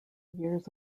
years